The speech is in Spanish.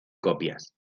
copias